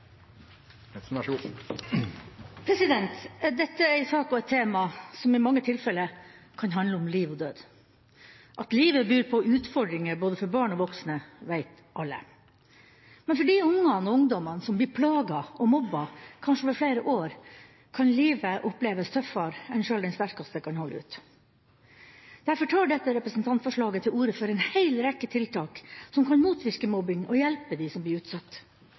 ser fram til den helhetlige oppfølgingen av denne rapporten, som departementet vil fremme i løpet av våren 2016. Dette er en sak og et tema som i mange tilfeller kan handle om liv og død. At livet byr på utfordringer for både barn og voksne, vet alle. Men for de ungene og ungdommene som blir plaget og mobbet, kanskje over flere år, kan livet oppleves tøffere enn det som sjøl den sterkeste kan holde ut. Derfor tar dette representantforslaget til orde for en hel rekke tiltak som kan